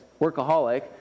workaholic